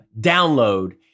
download